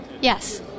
Yes